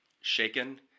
shaken